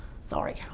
Sorry